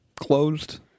closed